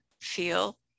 feel